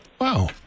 Wow